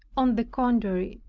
on the contrary,